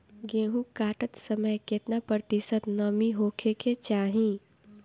गेहूँ काटत समय केतना प्रतिशत नमी होखे के चाहीं?